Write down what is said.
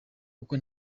kuko